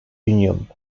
union